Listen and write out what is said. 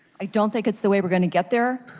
i don't think it's the way we are going to get there.